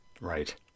Right